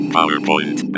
PowerPoint